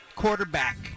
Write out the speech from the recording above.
Quarterback